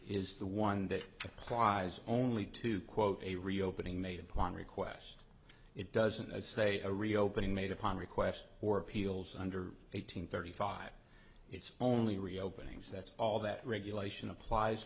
is the one that applies only to quote a reopening made upon request it doesn't say a reopening made upon request or appeals under eighteen thirty five it's only reopening so that's all that regulation applies